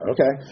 Okay